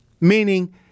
meaning